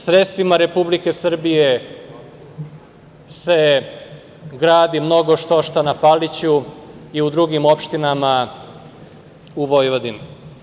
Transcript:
Sredstvima Republike Srbije se gradi mnogo štošta na Paliću i u drugim opštinama u Vojvodini.